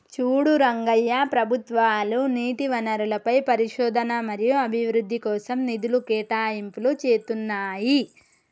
చూడు రంగయ్య ప్రభుత్వాలు నీటి వనరులపై పరిశోధన మరియు అభివృద్ధి కోసం నిధులు కేటాయింపులు చేతున్నాయి